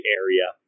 area